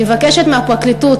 אני מבקשת מהפרקליטות,